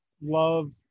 love